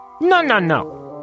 No-no-no